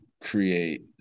create